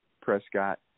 Prescott